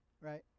Right